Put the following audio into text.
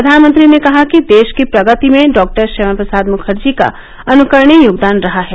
प्रधानमंत्री ने कहा कि देश की प्रगति में डॉक्टर श्यामा प्रसाद मुखर्जी का अनुकरणीय योगदान रहा है